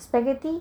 spaghetti